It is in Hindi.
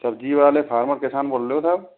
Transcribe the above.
सब्ज़ी वाले फार्मर किसान बोल रहे हो साहब